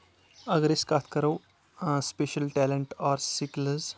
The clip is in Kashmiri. اگر أسۍ کتھ کرو سپیشل ٹیلنٹ آر سِکلٕز